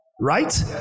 Right